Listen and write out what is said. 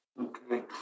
Okay